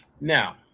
Now